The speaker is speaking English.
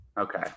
Okay